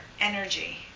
energy